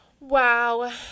Wow